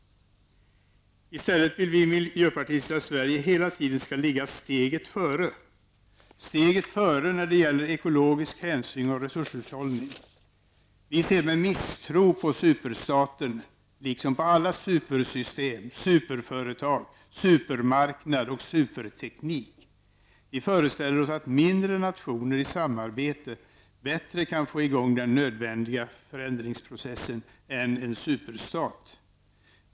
I stället vill vi miljöpartister att Sverige hela tiden skall ligga steget före när det gäller ekologisk hänsyn och resurshushållning. Vi ser med misstro på superstaten liksom på alla supersystem och superföretag, supermarknad och superteknik. Vi föreställer oss att mindre nationer i samarbete bättre kan få i gång den nödvändiga förändringsprocessen än en superstat.